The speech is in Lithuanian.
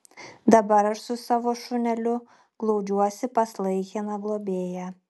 dabar aš su savo šuneliu glaudžiuosi pas laikiną globėją